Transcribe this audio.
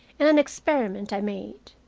and an experiment i made.